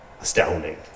astounding